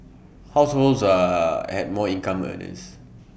households are had more income earners